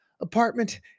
apartment